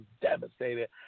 devastated